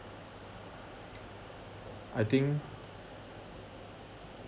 I think